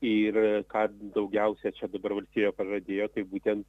ir ką daugiausia čia dabar valstybė pažadėjo tai būtent